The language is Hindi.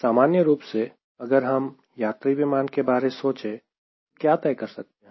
सामान्य रूप से अगर हम यात्री विमान के बारे सोचे तो क्या तय कर सकते हैं